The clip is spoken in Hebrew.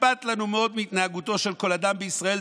אכפת לנו מאוד מהתנהגותו של כל אדם בישראל,